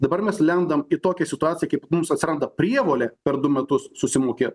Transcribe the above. dabar mes lendam į tokią situaciją kaip mums atsiranda prievolė per du metus susimokėt